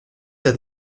der